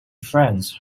france